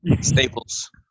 Staples